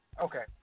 Okay